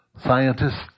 Scientists